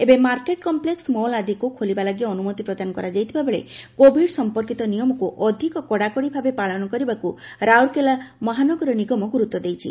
ଏବେ market complex mall ଆଦି କୁ ଖୋଲିବା ଲାଗି ଅନୁମତି ପ୍ରଦାନ କରାଯାଇଥିବା ବେଳେ କୋଭିଡ ସମ୍ପର୍କିତ ନିୟମକୁ ଅଧ୍କ କଡାକଡି ଭାବେ ପାଳନ କରିବାକୁ ରାଉରକେଲା ମହାନଗର ନିଗମ ଗୁରୁଡ୍ ଦେଇଛି